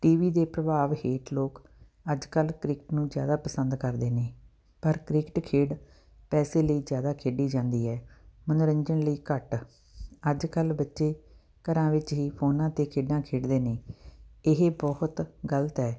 TV ਦੇ ਪ੍ਰਭਾਵ ਹੇਠ ਲੋਕ ਅੱਜ ਕੱਲ੍ਹ ਕ੍ਰਿਕਟ ਨੂੰ ਜ਼ਿਆਦਾ ਪਸੰਦ ਕਰਦੇ ਨੇ ਪਰ ਕ੍ਰਿਕਟ ਖੇਡ ਪੈਸੇ ਲਈ ਜ਼ਿਆਦਾ ਖੇਡੀ ਜਾਂਦੀ ਹੈ ਮਨੋਰੰਜਨ ਲਈ ਘੱਟ ਅੱਜ ਕੱਲ੍ਹ ਬੱਚੇ ਘਰਾਂ ਵਿੱਚ ਹੀ ਫੋਨਾਂ 'ਤੇ ਖੇਡਾਂ ਖੇਡਦੇ ਨੇ ਇਹ ਬਹੁਤ ਗਲਤ ਹੈ